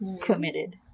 committed